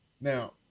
Now